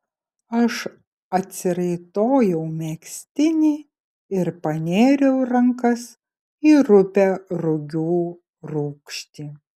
aš atsiraitojau megztinį ir panėriau rankas į rupią rugių rūgštį